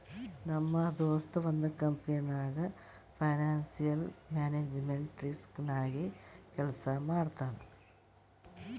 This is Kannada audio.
ನಮ್ ದೋಸ್ತ ಒಂದ್ ಕಂಪನಿನಾಗ್ ಫೈನಾನ್ಸಿಯಲ್ ಮ್ಯಾನೇಜ್ಮೆಂಟ್ ರಿಸ್ಕ್ ನಾಗೆ ಕೆಲ್ಸಾ ಮಾಡ್ತಾನ್